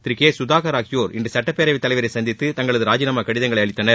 திரு K Sudhakar ஆகியோர் இன்று சட்டப்பேரவைத் தலைவரை சந்தித்து தங்களது ராஜினாமா கடிதங்களை அளித்தனர்